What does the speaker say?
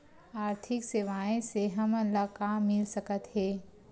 आर्थिक सेवाएं से हमन ला का मिल सकत हे?